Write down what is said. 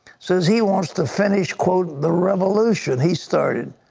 says he wants to finish, quote, the revolution he started,